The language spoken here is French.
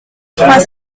trois